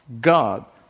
God